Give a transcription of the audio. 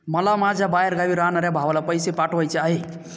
मला माझ्या बाहेरगावी राहणाऱ्या भावाला पैसे पाठवायचे आहे